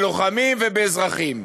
בלוחמים ובאזרחים.